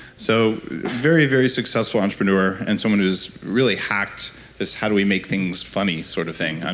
so very, very successful entrepreneur and someone who's really hacked this, how do we make things funny? sort of thing. and